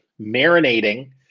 marinating